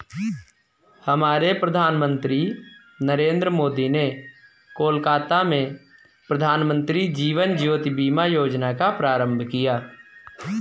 हमारे प्रधानमंत्री नरेंद्र मोदी ने कोलकाता में प्रधानमंत्री जीवन ज्योति बीमा योजना का प्रारंभ किया